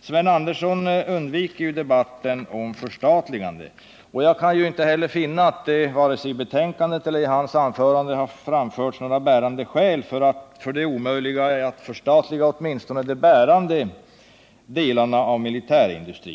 Sven Andersson undviker debatten om förstatligande. Jag kan inte heller finna att det vare sig i betänkandet eller i hans anförande framförts några avgörande skäl för det omöjliga i att förstatliga åtminstone de bärande delarna av militärindustrin.